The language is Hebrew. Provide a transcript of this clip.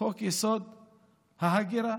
חוק-יסוד: ההגירה.